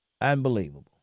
unbelievable